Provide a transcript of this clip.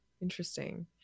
Interesting